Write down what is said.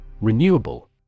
Renewable